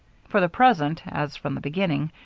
for the present, as from the beginning,